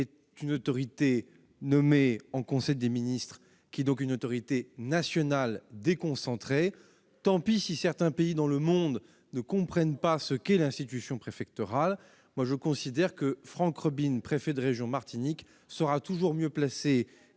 est une autorité nommée en conseil des ministres : il est donc une autorité nationale déconcentrée. Tant pis si certains pays dans le monde ne comprennent pas ce qu'est l'institution préfectorale. Pour ma part, je considère que Franck Robine, préfet de la région Martinique, sera toujours mieux placé